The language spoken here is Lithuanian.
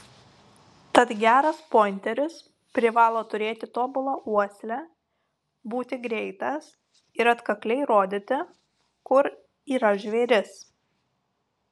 tad geras pointeris privalo turėti tobulą uoslę būti greitas ir atkakliai rodyti kur yra žvėris